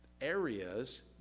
areas